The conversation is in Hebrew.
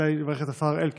כדאי לברך את השר אלקין.